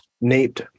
Nate